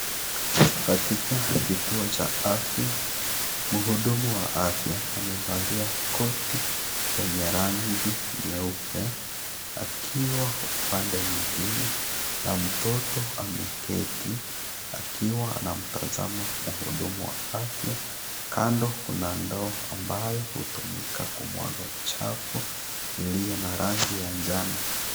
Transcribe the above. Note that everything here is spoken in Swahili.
Katika kituo cha afya mhudumu wa afya amevalia koti lenye rangi nyeupe akiwa upande mwingine na mtoto ameketi akiwa anamtazama mhudumu wa afya kando kuna ndoo ambayo hutumika kumwaga uchafu ulio na rangi ya njano.